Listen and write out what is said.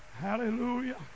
Hallelujah